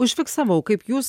užfiksavau kaip jūs